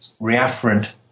reafferent